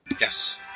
Yes